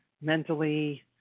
mentally